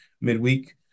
midweek